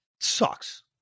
sucks